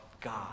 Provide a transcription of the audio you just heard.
God